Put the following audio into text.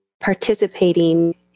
participating